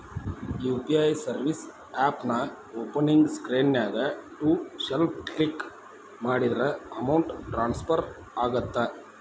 UPI service ಆಪ್ನ್ಯಾಓಪನಿಂಗ್ ಸ್ಕ್ರೇನ್ನ್ಯಾಗ to self click ಮಾಡಿದ್ರ ಅಮೌಂಟ್ ಟ್ರಾನ್ಸ್ಫರ್ ಆಗತ್ತ